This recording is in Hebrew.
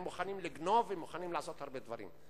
מוכנים לגנוב ומוכנים לעשות הרבה דברים.